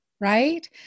right